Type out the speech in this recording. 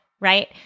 right